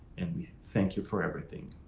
and we thank you for everything.